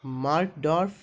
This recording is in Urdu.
مارکدف